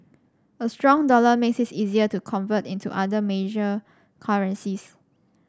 a strong dollar makes it's easier to convert into other major currencies